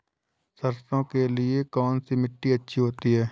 सरसो के लिए कौन सी मिट्टी अच्छी होती है?